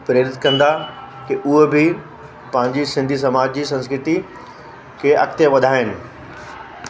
प्रेरित कंदा कि उहो बि पंहिंजी सिंधी समाज जी संस्कृति के अॻिते वधाइनि